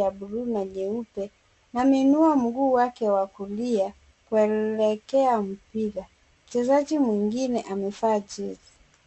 ya buluu na nyeupe ameinua mguu wake wa kulia kuelekea mpira. Mchezaji mwingine amevalia jezi.